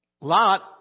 Lot